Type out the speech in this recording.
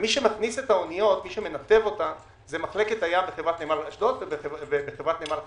מי שמנתב את האוניות זה מחלקת הים בחברת נמל אשדוד ובחברת נמל חיפה.